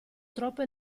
troppa